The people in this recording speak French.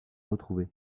retrouver